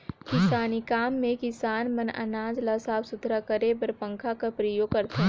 किसानी काम मे किसान मन अनाज ल साफ सुथरा करे बर पंखा कर परियोग करथे